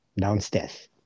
downstairs